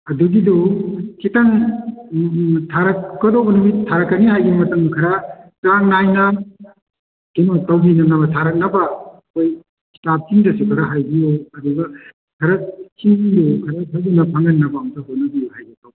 ꯑꯗꯨꯒꯤꯗꯨ ꯈꯤꯇꯪ ꯊꯥꯔꯛꯀꯗꯧꯕ ꯅꯨꯃꯤꯠ ꯊꯥꯔꯛꯀꯅꯤ ꯍꯥꯏꯒꯤꯕ ꯃꯇꯝ ꯈꯔ ꯆꯥꯡ ꯅꯥꯏꯅ ꯀꯩꯅꯣ ꯇꯧꯕꯤꯅꯕ ꯊꯥꯔꯛꯅꯕ ꯑꯩꯈꯣꯏ ꯁ꯭ꯇꯥꯐꯁꯤꯡꯗꯁꯨ ꯈꯔ ꯍꯥꯏꯕꯤꯌꯨ ꯑꯗꯨꯒ ꯈꯔ ꯏꯁꯤꯡꯗꯨ ꯈꯔꯥ ꯊꯨꯅ ꯐꯪꯍꯟꯅꯕ ꯑꯝꯇ ꯍꯣꯠꯅꯕ ꯍꯥꯏꯒꯦ ꯇꯧꯕ